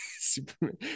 Superman